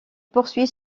poursuit